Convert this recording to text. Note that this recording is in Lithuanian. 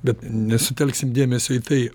bet nesutelksim dėmesio į tai